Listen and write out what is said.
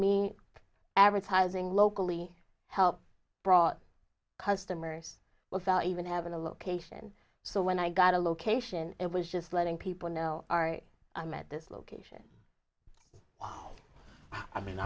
me advertising locally help brought customers without even having a location so when i got a location it was just letting people know ari i'm at this location i mean